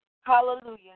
Hallelujah